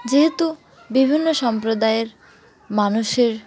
যেহেতু বিভিন্ন সম্প্রদায়ের মানুষের